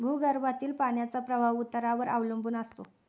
भूगर्भातील पाण्याचा प्रवाह उतारावर अवलंबून असतो